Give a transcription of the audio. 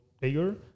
bigger